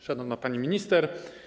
Szanowna Pani Minister!